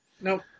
Nope